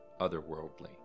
otherworldly